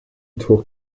taught